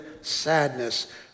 sadness